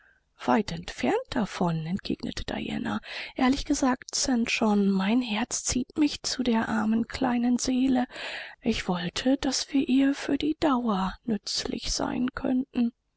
weit entfernt davon entgegnete diana ehrlich gesprochen st john mein herz zieht mich zu der armen kleinen seele ich wollte daß wir ihr für die dauer nützlich sein könnten